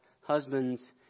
husbands